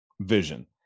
vision